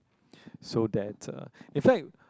so that uh in fact